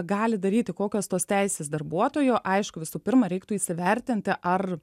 gali daryti kokios tos teisės darbuotojo aišku visų pirma reiktų įsivertinti ar